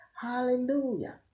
Hallelujah